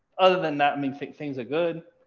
other than that mean think things are good.